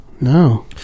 No